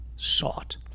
sought